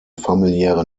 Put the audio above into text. familiäre